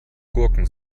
gurken